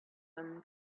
them